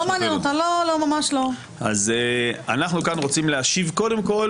אז אנחנו כאן רוצים להשיב קודם כול